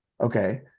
okay